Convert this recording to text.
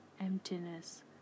Emptiness